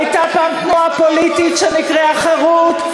והייתה פעם תנועה פוליטית שנקראה חרות,